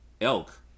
elk